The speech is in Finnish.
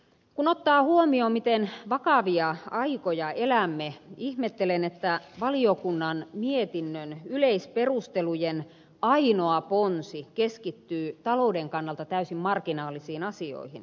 kun ottaa huomioon miten vakavia aikoja elämme ihmettelen että valiokunnan mietinnön yleisperustelujen ainoa ponsi keskittyy talouden kannalta täysin marginaalisiin asioihin